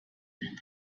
that